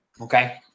Okay